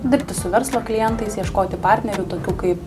dirbti su verslo klientais ieškoti partnerių tokių kaip